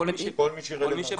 לכל מי שמתאים.